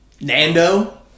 Nando